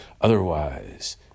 Otherwise